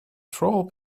troll